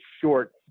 short